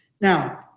Now